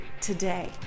today